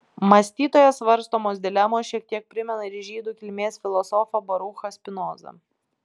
mąstytojo svarstomos dilemos šiek tiek primena ir žydų kilmės filosofą baruchą spinozą